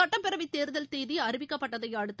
சுட்டப்பேரவைத்தேர்தல் தேதி அறிவிக்கப்பட்டதையடுத்து